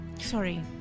Sorry